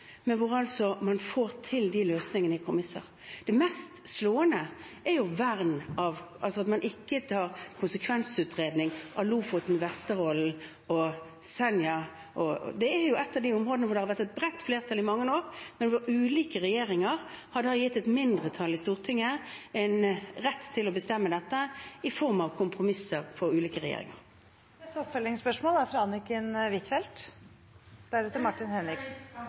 at man ikke tar konsekvensutredning av Lofoten, Vesterålen og Senja. Det er jo et av områdene hvor det har vært et bredt flertall i mange år, men hvor ulike regjeringer har gitt et mindretall i Stortinget rett til å bestemme dette i form av kompromisser. Anniken Huitfeldt – til oppfølgingsspørsmål. Det er